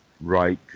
right